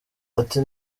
ati